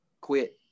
quit